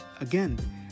Again